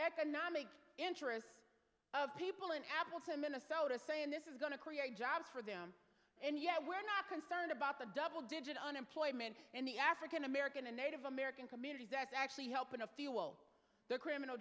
economic interests of people in appleton minnesota saying this is going to create jobs for them and yet we're not concerned about the double digit unemployment in the african american and native american communities that's actually helping to fuel the criminal